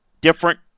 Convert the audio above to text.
Different